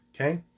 Okay